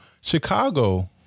Chicago